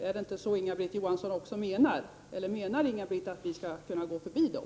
Är det inte så Inga-Britt Johansson också menar? Eller menar Inga-Britt Johansson att vi skall kunna gå förbi dem?